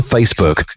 Facebook